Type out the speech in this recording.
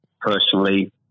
personally